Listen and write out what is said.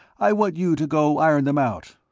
i want you to go iron them out.